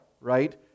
right